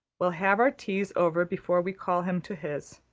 we'll have our teas over before we call him to his.